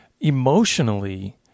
emotionally